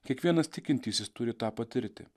kiekvienas tikintysis turi tą patirti